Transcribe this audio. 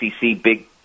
big